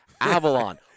Avalon